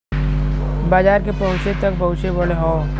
बाजार के पहुंच त बहुते बढ़ल हौ